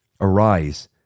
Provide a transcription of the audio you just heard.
Arise